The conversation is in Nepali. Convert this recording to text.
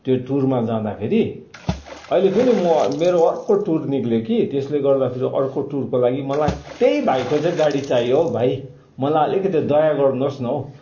त्यो टुरमा जाँदा फेरि अहिले फेरि म मेरो अर्को टुर निस्कयो कि त्यसले गर्दा फेरि अर्को टुरको लागि मलाई त्यही भाइको चाहिँ गाडी चाहियो हौ भाइ मलाई अलिकति दया गर्नुहोस् न हौ